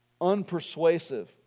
unpersuasive